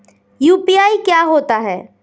UPI क्या होता है?